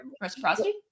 reciprocity